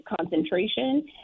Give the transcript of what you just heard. concentration